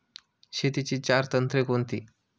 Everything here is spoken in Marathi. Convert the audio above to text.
शेतीची चार तंत्रे कोणती?